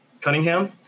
Cunningham